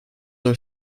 are